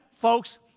folks